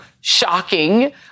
shocking